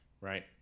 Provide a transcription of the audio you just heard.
right